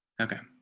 okay.